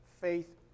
faith